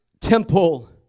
temple